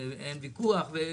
אין ברירה,